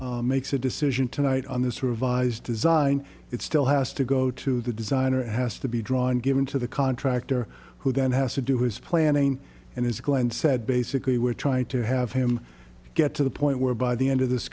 board makes a decision tonight on this revised design it still has to go to the designer it has to be drawn given to the contractor who then has to do his planning and his goal and said basically we're trying to have him get to the point where by the end of this